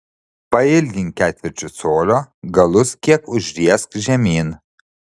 pailgink ketvirčiu colio galus kiek užriesk žemyn